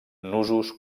nusos